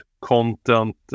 content